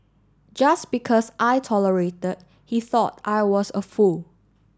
just because I tolerated he thought I was a fool